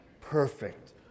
Perfect